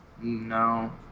No